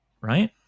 right